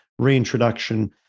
reintroduction